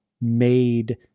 made